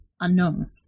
unknown